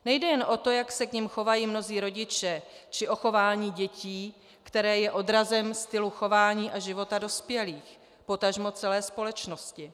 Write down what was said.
Nejde jen o to, jak se k nim chovají mnozí rodiče, či o chování dětí, které je odrazem stylu chování a života dospělých, potažmo celé společnosti.